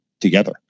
together